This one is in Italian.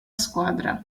squadra